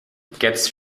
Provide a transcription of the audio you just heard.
gets